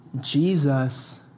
Jesus